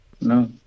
No